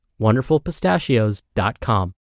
WonderfulPistachios.com